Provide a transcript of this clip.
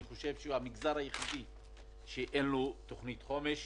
אני חושב שזה המגזר היחיד שאין לו תוכנית חומש.